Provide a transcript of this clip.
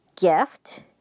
gift